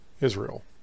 Israel